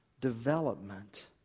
Development